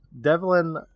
Devlin